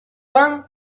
pan